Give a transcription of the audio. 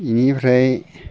इनिफ्राय